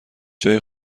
جای